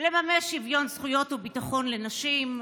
לממש שוויון זכויות וביטחון לנשים,